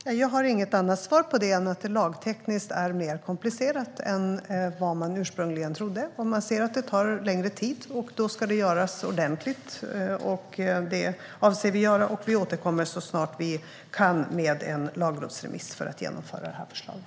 Herr talman! Jag har inget annat svar på det än att det lagtekniskt är mer komplicerat än vad man ursprungligen trodde. Man ser att det tar längre tid, och då ska det göras ordentligt, vilket vi avser att göra. Vi återkommer så snart vi kan med en lagrådsremiss för att genomföra det här förslaget.